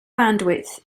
bandwidth